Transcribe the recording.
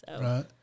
Right